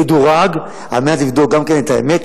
התהליך הוא תהליך מדורג על מנת לבדוק גם כן את האמת